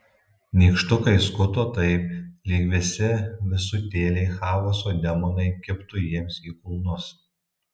nykštukai skuto taip lyg visi visutėliai chaoso demonai kibtų jiems į kulnus